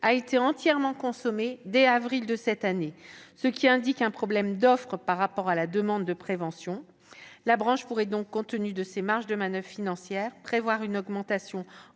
été entièrement consommé dès avril de cette année, ce qui indique un problème d'offre par rapport à la demande de prévention. La branche pourrait donc, compte tenu de ces marges de manoeuvre financières, prévoir une augmentation